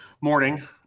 morning